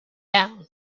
down